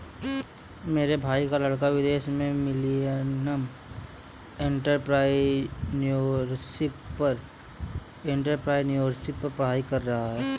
मेरे भाई का लड़का विदेश में मिलेनियल एंटरप्रेन्योरशिप पर पढ़ाई कर रहा है